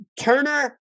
turner